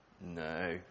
No